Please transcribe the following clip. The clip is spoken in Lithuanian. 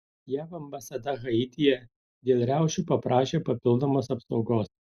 jav ambasada haityje dėl riaušių paprašė papildomos apsaugos